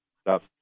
stop